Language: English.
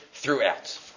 throughout